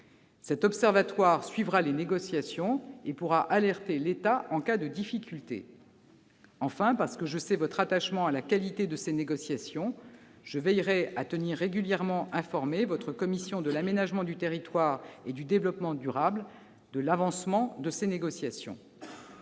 Cet observatoire suivra les négociations et pourra alerter l'État en cas de difficulté. Enfin, parce que je sais votre attachement à la qualité de ces négociations, je veillerai à tenir régulièrement informée de l'avancement de celles-ci votre commission de l'aménagement du territoire et du développement durable. Alors que s'ouvre ce débat,